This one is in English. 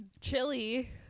Chili